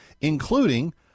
including